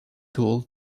tool